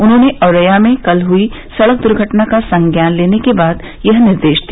उन्होंने ओरैया में कल हुई सड़क दुर्घटना का संज्ञान लेने के बाद यह निर्देश दिया